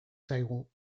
zaigu